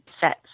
sets